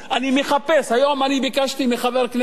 אני מחפש, היום ביקשתי מחבר כנסת